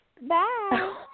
Bye